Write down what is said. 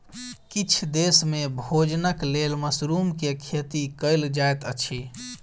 किछ देस में भोजनक लेल मशरुम के खेती कयल जाइत अछि